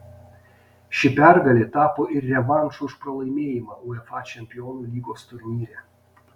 ši pergalė tapo ir revanšu už pralaimėjimą uefa čempionų lygos turnyre